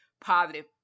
positive